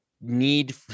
need